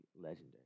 legendary